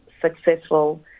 successful